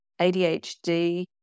ADHD